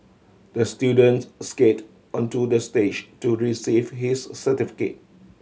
the students skate onto the stage to receive his certificate